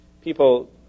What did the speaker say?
people